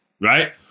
right